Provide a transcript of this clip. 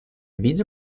виде